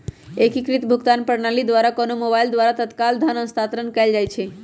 एकीकृत भुगतान प्रणाली द्वारा कोनो मोबाइल द्वारा तत्काल धन स्थानांतरण कएल जा सकैछइ